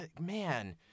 man